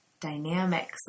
dynamics